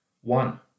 One